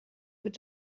wird